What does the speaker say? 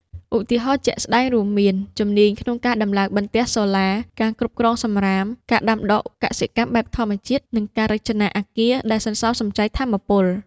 ឧទាហរណ៍ជាក់ស្តែងរួមមាន ជំនាញក្នុងការដំឡើងបន្ទះសូឡា ការគ្រប់គ្រងសំរាម ការដាំដុះកសិកម្មបែបធម្មជាតិ និងការរចនាអគារដែលសន្សំសំចៃថាមពល។